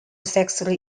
sex